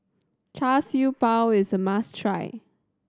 Char Siew Bao is a must try